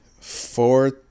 four